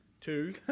Two